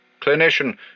Clinician